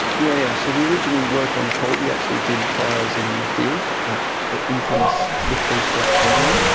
yeah so the original work on coal, we actually did trials in the field at the infamous lithgow state coal mine,